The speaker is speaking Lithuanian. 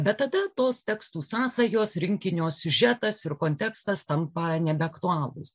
bet tada tos tekstų sąsajos rinkinio siužetas ir kontekstas tampa nebeaktualūs